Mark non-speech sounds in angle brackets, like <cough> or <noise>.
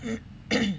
<coughs>